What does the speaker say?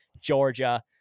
Georgia